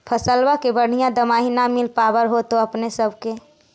फसलबा के बढ़िया दमाहि न मिल पाबर होतो अपने सब के?